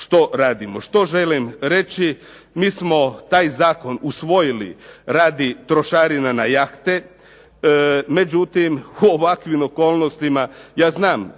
Što želim reći? Mi smo taj zakon usvojili radi trošarina na jahte, međutim u ovakvim okolnostima ja znam